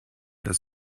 dass